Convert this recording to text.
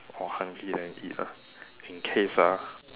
oh hungry then eat ah in case ah